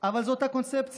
אבל זו אותה קונספציה.